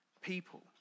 people